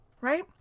right